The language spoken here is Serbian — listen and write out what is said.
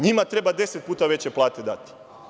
NJima treba 10 puta veće plate dati.